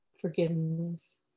forgiveness